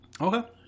Okay